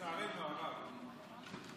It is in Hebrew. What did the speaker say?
שלצערנו הרב,